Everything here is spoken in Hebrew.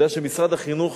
יודע שמשרד החינוך,